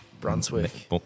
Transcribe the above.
Brunswick